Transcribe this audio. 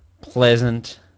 pleasant